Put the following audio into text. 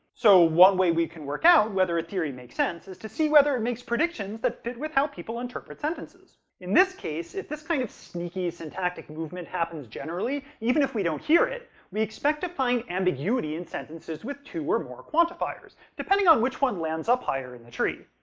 so one way we can work out whether a theory makes sense is to see whether it makes predictions that fit with how people interpret sentences. in this case, if this kind of sneaky syntactic movement happens generally, even if we don't hear it, we expect to find ambiguity in sentences with two or more quantifiers, depending on which one lands up higher in the tree.